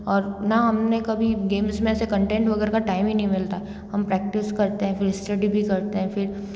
और ना हमने कभी गेम्स में से कंटेंट वगैरह का टाइम ही नहीं मिलता हम प्रैक्टिस करते हैं फिर स्टडी भी करते हैं फिर